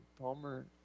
Palmer